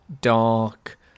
dark